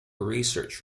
research